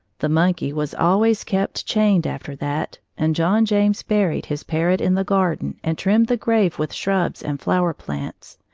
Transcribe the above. the monkey was always kept chained after that, and john james buried his parrot in the garden and trimmed the grave with shrubs and flowering plants.